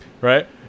right